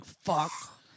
fuck